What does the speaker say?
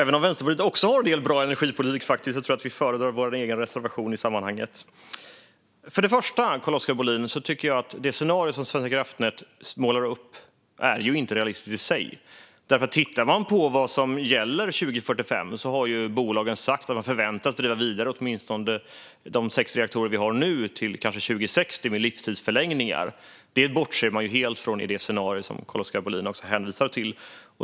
Fru talman! För det första, Carl-Oskar Bohlin, tycker jag att det scenario som Svenska kraftnät målar upp inte är realistiskt i sig. Tittar man på vad som gäller för 2045 kan man konstatera att bolagen har sagt att de förväntar sig att driva vidare åtminstone de sex reaktorer vi har nu till kanske 2060 med livstidsförlängningar. Det bortser man helt från i det scenario som Carl-Oskar Bohlin hänvisar till.